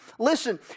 Listen